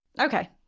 Okay